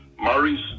Maurice